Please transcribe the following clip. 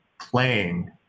playing